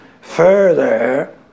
further